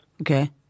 Okay